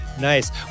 Nice